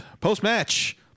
post-match